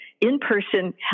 In-Person